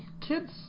kids